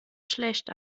schlecht